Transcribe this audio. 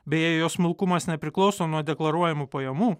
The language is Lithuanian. beje jos smulkumas nepriklauso nuo deklaruojamų pajamų